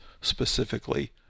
specifically